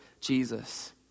Jesus